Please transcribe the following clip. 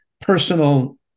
personal